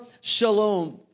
Shalom